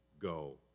go